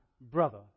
brother